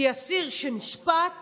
כי אסיר שנשפט